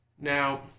Now